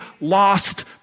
lost